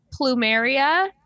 plumeria